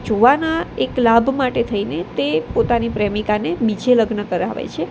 જોવાના એક લાભ માટે થઈને તે પોતાની પ્રેમિકાને બીજે લગ્ન કરાવે છે